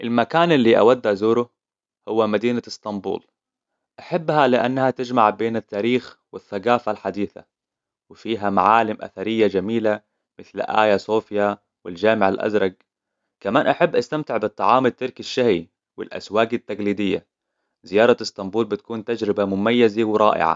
المكان اللي أود أزوره هو مدينة اسطنبول احبها لأنها تجمع بين التاريخ والثقافة الحديثة وفيها معالم أثرية جميلة مثل آيا صوفيا والجامع الأزرق كمان احب استمتع بالطعام التركي الشهي والأسواق التقليدية زيارة اسطنبول بتكون تجربة مميزة ورائعة